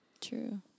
true